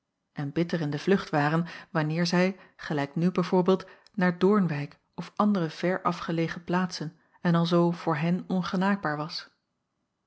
en bitter in de vlucht waren wanneer zij gelijk nu b v naar doornwijck of andere ver afgelegen plaatsen en alzoo voor hen ongenaakbaar was